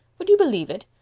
would you believe it?